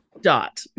dot